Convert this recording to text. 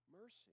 Mercy